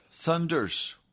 thunders